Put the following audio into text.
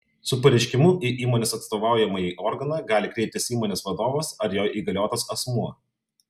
su pareiškimu į įmonės atstovaujamąjį organą gali kreiptis įmonės vadovas ar jo įgaliotas asmuo